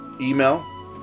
email